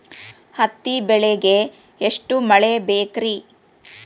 ಹತ್ತಿ ಬೆಳಿಗ ಎಷ್ಟ ಮಳಿ ಬೇಕ್ ರಿ?